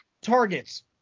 targets